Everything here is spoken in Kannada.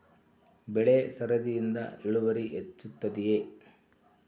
ಬೆಳೆ ಸರದಿಯಿಂದ ಇಳುವರಿ ಹೆಚ್ಚುತ್ತದೆಯೇ?